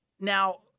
Now